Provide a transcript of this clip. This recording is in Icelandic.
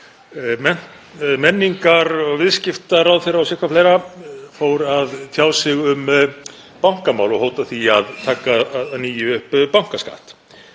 menningar- og viðskiptaráðherra og sitthvað fleira fór að tjá sig um bankamál og hóta því að taka að nýju upp bankaskatt.